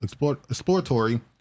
exploratory